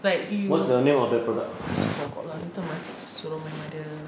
like you oh I forgot lah later must suruh my mother